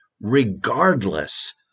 regardless